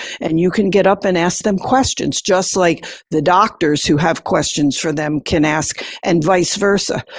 and you can get up and ask them questions, just like the doctors who have questions for them can ask, and vice versa.